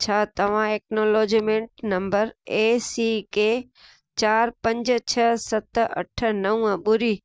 छा तव्हां acknowledgement number ए सी के चार पंज छह सत अठ नवं ॿुड़ी